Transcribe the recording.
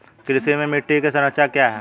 कृषि में मिट्टी की संरचना क्या है?